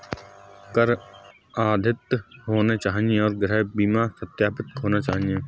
कर अद्यतित होने चाहिए और गृह बीमा सत्यापित होना चाहिए